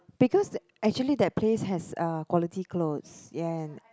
because actually that place has uh quality clothes and